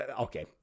Okay